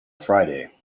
friday